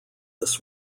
this